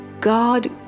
God